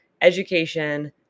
education